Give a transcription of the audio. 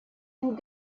and